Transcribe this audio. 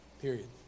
Period